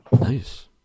Nice